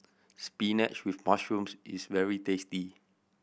spinach with mushrooms is very tasty